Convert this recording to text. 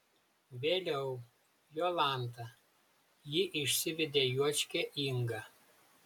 vėliau jolanta ji išsivedė juočkę ingą